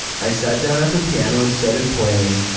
i sat down at the piano and started playing,